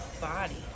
body